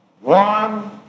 One